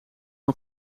ook